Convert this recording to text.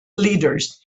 leaders